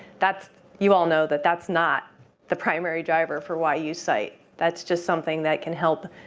that's you all know that that's not the primary driver for why you site. that's just something that can help